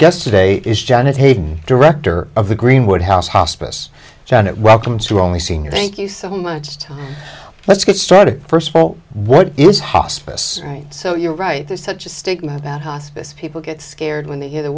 guest today is janet hayden director of the greenwood house hospice janet welcome to only seen you thank you so much time let's get started first of all what is hospice right so you're right there's such a stigma about hospice people get scared when they hear the